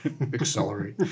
accelerate